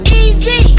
easy